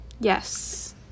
Yes